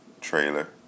trailer